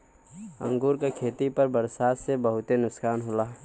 अंगूर के खेती पर बरसात से बहुते नुकसान होला